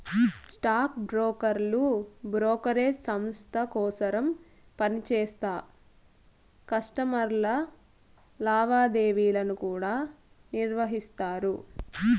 stock బ్రోకర్లు brokerage సంస్త కోసరం పనిచేస్తా కస్టమర్ల లావాదేవీలను కూడా నిర్వహిస్తారు